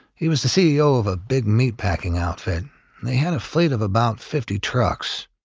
he was the ceo of a big meat packing outfit, and they had a fleet of about fifty trucks.